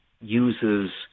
uses